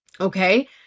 okay